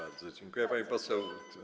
Bardzo dziękuję, pani poseł.